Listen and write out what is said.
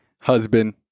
husband